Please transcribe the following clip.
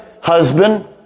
husband